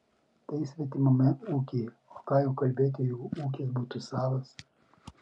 tai svetimame ūkyje o ką jau kalbėti jeigu ūkis būtų savas